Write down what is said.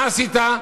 מה עשית?